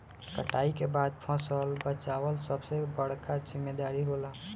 कटाई के बाद फसल बचावल सबसे बड़का जिम्मेदारी होला